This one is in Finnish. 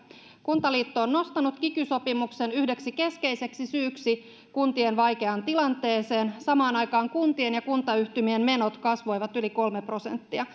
kuntaliitto on nostanut kiky sopimuksen yhdeksi keskeiseksi syyksi kuntien vaikeaan tilanteeseen samaan aikaan kuntien ja kuntayhtymien menot kasvoivat yli kolme prosenttia